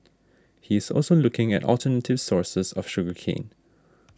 he is also looking at alternative sources of sugar cane